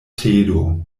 tedo